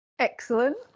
excellent